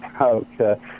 Okay